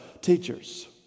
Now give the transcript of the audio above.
teachers